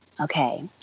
Okay